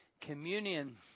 communion